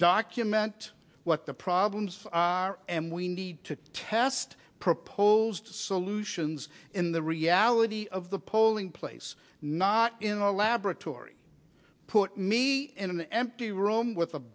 document what the problems are and we need to test proposed solutions in the reality of the polling place not in a laboratory put me in an empty room with a